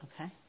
okay